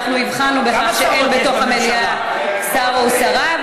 אנחנו הבחנו בכך שאין בתוך המליאה שר או שרה,